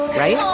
right? aw